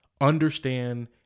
Understand